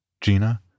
Gina